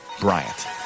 Bryant